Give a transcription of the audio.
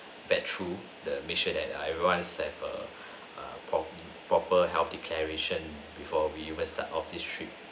fed through the mission that everyone have a prop~ proper health declaration before we will start of this trip